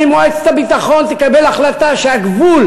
גם אם מועצת הביטחון תקבל החלטה שהגבול